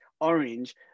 orange